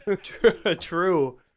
True